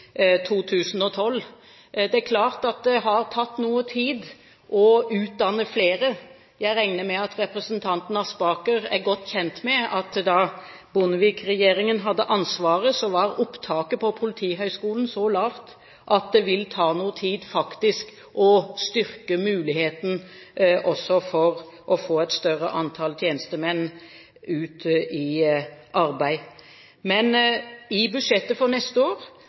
2012. Det er klart at det har tatt noe tid å utdanne flere. Jeg regner med at representanten Aspaker er godt kjent med at da Bondevik-regjeringen hadde ansvaret, var opptaket på Politihøgskolen så lavt at det vil faktisk ta noe tid før det er mulig å få et større antall tjenestemenn ut i arbeid. Men i budsjettet for neste år